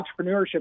Entrepreneurship